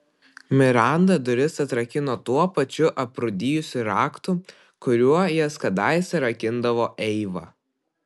miranda duris atrakino tuo pačiu aprūdijusiu raktu kuriuo jas kadaise rakindavo eiva